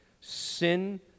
sin